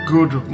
Good